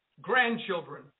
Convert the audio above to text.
grandchildren